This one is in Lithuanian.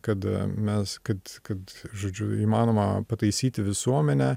kad mes kad kad žodžiu įmanoma pataisyti visuomenę